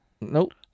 Nope